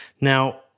Now